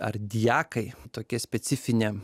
ar dijakai tokie specifinė